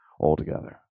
altogether